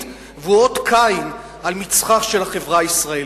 והוא אות קין על מצחה של החברה הישראלית.